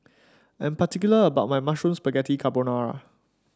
I am particular about my Mushroom Spaghetti Carbonara